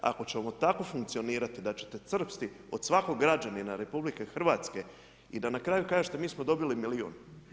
Ako ćemo tako funkcionirati da ćete crpsti od svakog građanina RH i da na kraju-krajeva što nismo dobili milijun.